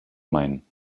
main